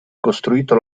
costruito